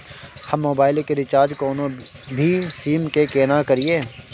हम मोबाइल के रिचार्ज कोनो भी सीम के केना करिए?